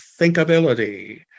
Thinkability